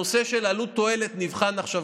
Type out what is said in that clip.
הנושא של עלות תועלת נבחן עכשיו,